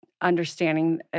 understanding